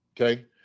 okay